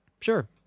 Sure